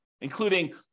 including